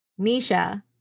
Nisha